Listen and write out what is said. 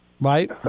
Right